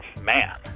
man